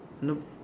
nope